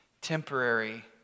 temporary